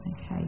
okay